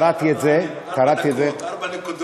קראתי את זה, אתה מתעקש על ארבע ערים, ארבע דקות,